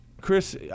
Chris